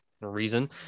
reason